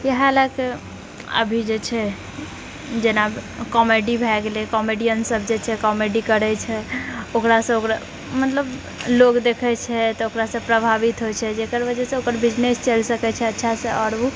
इएह लऽ के अभी जे छै जेना कॉमेडी भए गेलै कॉमेडियन सब जेछै कॉमेडी करैछै ओकरासँ ओकरा मतलब लोग देखैत छै तऽ ओकरासँ प्रभावित होइत छै जेकर वजहसँ ओकर बिजनेस चलि सकैत छै अच्छासँ आओर ओ